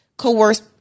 coerce